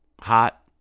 Hot